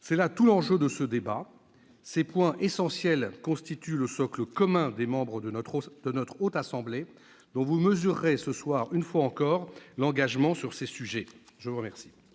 C'est là tout l'enjeu de ce débat. Ces points essentiels constituent le socle commun aux membres de notre Haute Assemblée, dont vous mesurerez ce soir, une fois encore, l'engagement sur ces sujets. La parole